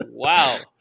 Wow